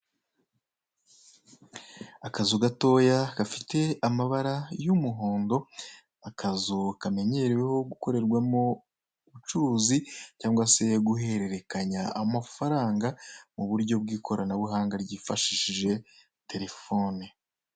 Akazu gatoya gafite amabara y'umuhondo, akazu kamenyereho gukorerwamo ubucuruzi cyangwa se guhererekanya amafaranga mu buryo bw'ikoranabuhanga ryifashishije telefone.